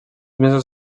mesos